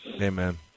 Amen